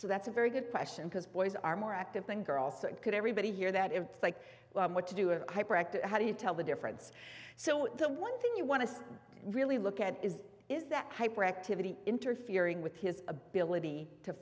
so that's a very good question because boys are more active than girls so it could everybody hear that it's like what to do and how do you tell the difference so the one thing you want to really look at is is that hyperactivity interfering with his ability to